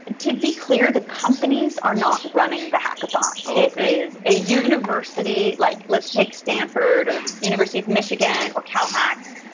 to be clear, the companies are not running the hackathons. it is a university. like, let's take stanford or university of michigan, or calhax.